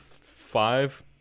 five